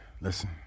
listen